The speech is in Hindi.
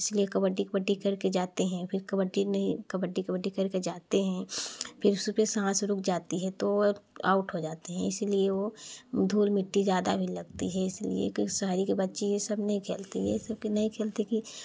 इसलिए कबड्डी कबड्डी करके जाते हैं फ़िर कबड्डी ने कबड्डी कबड्डी करके जाते हैं फ़िर सुबे साँस रुक जाती है तो आउट हो जाते हैं इसलिए वह धुल मिट्टी ज़्यादा भी लगती है इसलिए कि शहरी के बच्चे यह सब नहीं खेलते यह सब कि नहीं खेलते कि